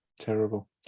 terrible